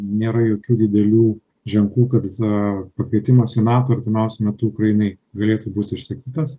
nėra jokių didelių ženklų kad pakvietimas į nato artimiausiu metu ukrainai galėtų būt išsakytas